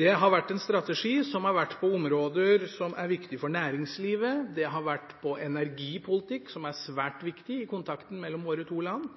Det har vært en strategi for områder som er viktige for næringslivet, det har vært innen energipolitikk – som er svært viktig i kontakten mellom våre to land